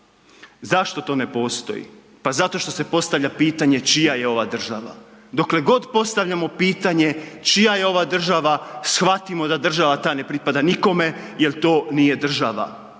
Zašto to ne postoji? Pa zato što se postavlja pitanje čija je ova država. Dokle god postavljamo pitanje čija je ovo država, shvatimo da ta država ne pripada nikome jel to nije država.